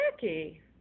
Jackie